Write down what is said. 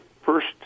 first